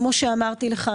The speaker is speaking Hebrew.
כפי שאמרתי לך,